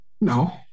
No